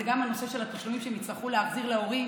זה גם הנושא של התשלומים שהם יצטרכו להחזיר להורים